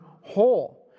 whole